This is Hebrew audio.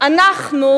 אנחנו